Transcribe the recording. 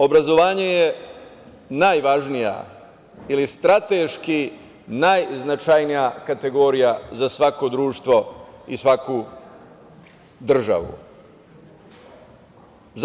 Obrazovanje je najvažnija ili strateški najznačajnija kategorija za svako društvo i svaku državu.